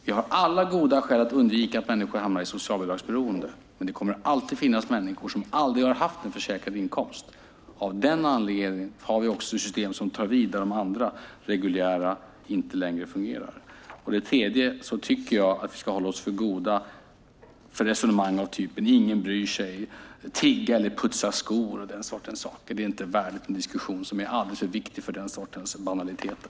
Vi har alla goda skäl att undvika att människor hamnar i socialbidragsberoende, men det kommer alltid att finnas människor som aldrig har haft en försäkrad inkomst. Av den anledningen har vi system som tar vid där de reguljära inte längre fungerar. Jag tycker att vi ska hålla oss för goda för att säga sådant som: Ingen bryr sig. Man får tigga eller putsa skor. Det är inte värdigt en diskussion som är alldeles för viktig för den sortens banaliteter.